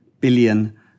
billion